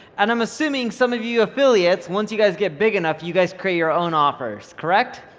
and i'm assuming some of you affiliates, once you guys get big enough, you guys create your own offers, correct?